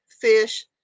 fish